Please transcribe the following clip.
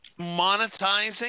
monetizing